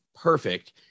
perfect